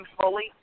fully